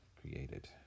created